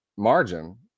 Margin